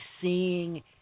seeing